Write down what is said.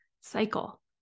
cycle